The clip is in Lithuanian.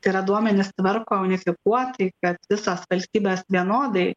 tai yra duomenis tvarko unifikuotai kad visos valstybės vienodai